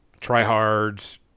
tryhards